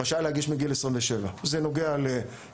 רשאי להגיש מגיל 27. זה נוגע לחרדים,